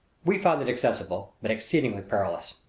we found it accessible, but exceedingly perilous.